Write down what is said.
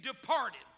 departed